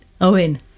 Owen